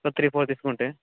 ఒక three four తీసుకుంటే